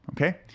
Okay